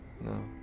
No